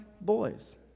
boys